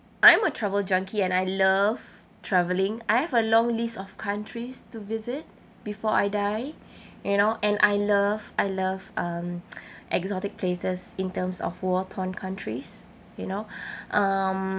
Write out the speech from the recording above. I'm a travel junkie and I love travelling I have a long list of countries to visit before I die you know and I love I love um exotic places in terms of war-torn countries you know um